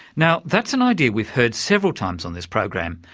now that's an idea we've heard several times on this program,